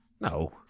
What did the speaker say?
No